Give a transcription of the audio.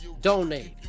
donate